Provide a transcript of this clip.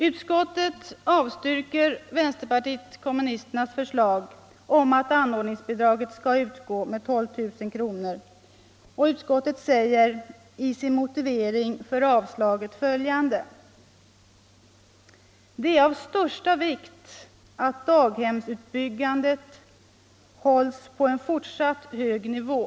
Utskottet avstyrker vpk:s förslag om att anordningsbidraget skall utgå med 12 000 kr. och säger i sin motivering för avslaget följande: ”Enligt utskottets mening är det, i överensstämmelse med vad socialministern anser, av största vikt att daghemsbyggandet hålls på en fortsatt hög nivå.